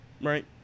right